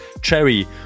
Cherry